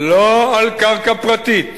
לא על קרקע פרטית,